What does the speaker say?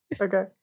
okay